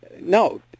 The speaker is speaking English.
no